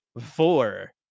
four